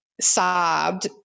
sobbed